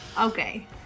Okay